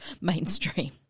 mainstream